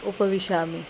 उपविशामि